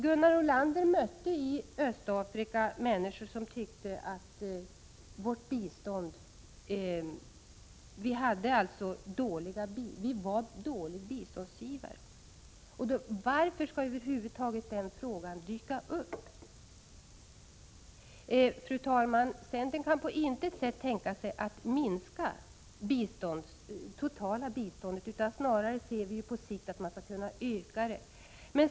Gunnar Ohrlander mötte emellertid i Östafrika människor som tyckte att svenskarna var dåliga biståndsgivare. Fru talman! Centern kan på intet sätt tänka sig att minska det totala biståndet, utan vi säger snarare att det på sikt skall ökas.